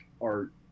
art